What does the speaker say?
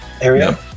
area